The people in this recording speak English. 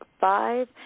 five